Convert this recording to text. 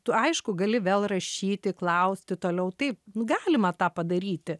tu aišku gali vėl rašyti klausti toliau taip nu galima tą padaryti